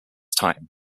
time